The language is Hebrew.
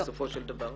לא.